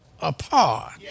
apart